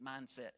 mindset